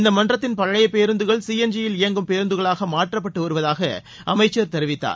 இந்த மன்றத்தின் பழைய பேருந்துகள் சிஎன்ஜியில் இயங்கும் பேருந்துகளாக மாற்றப்பட்டு வருவதாக அமைச்சர் தெரிவித்தார்